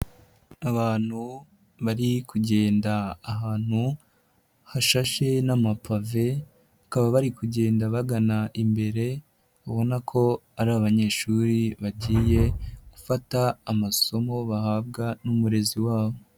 Abantu bari kugenda ahantu hashashe n'amapave, bakaba bari kugenda bagana imbere, ubona ko ari abanyeshuri bagiye gufata amasomo bahabwa n'umurezi wabo.